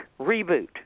reboot